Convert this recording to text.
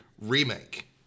remake